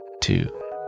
two